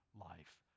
life